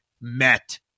met